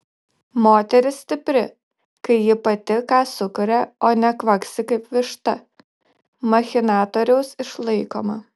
moteris stipri kai ji pati ką sukuria o ne kvaksi kaip višta machinatoriaus išlaikoma